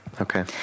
Okay